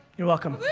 you're welcome.